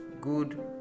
good